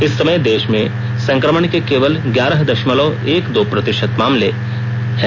इस समय देश में संक्रमण के केवल ग्यारह दशमलव एक दो प्रतिशत मामले हैं